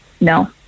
No